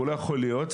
הוא לא יכול להיות,